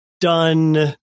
done